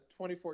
2014